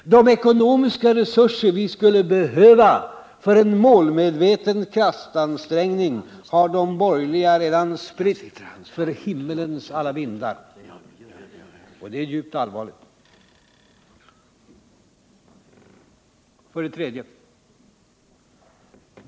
De ekonomiska resurser vi skulle behöva för en målmedveten kraftansträngning har de borgerliga redan spritt för himmelens alla vindar. Det är djupt allvarligt. 3.